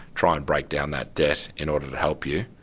try and break down that debt in order to help you,